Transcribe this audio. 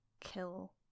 kill